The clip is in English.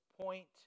point